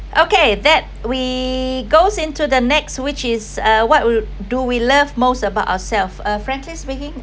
okay that we goes into the next which is uh what we do we love most about ourself uh frankly speaking